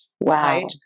Wow